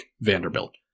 Vanderbilt